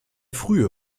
frühe